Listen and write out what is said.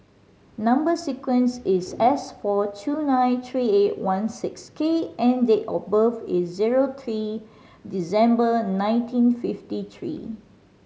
number sequence is S four two nine three eight one six K and date of birth is zero three December nineteen fifty three